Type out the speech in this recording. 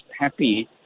happy